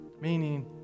meaning